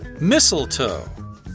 mistletoe